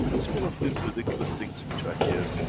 it's one of these ridiculous things which i hear,